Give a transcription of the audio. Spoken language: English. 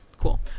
cool